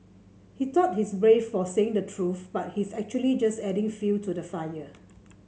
he thought he's brave for saying the truth but he's actually just adding fuel to the fire